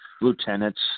lieutenants